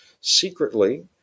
secretly